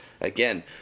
Again